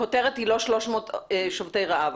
הכותרת היא לא 300 שובתי רעב.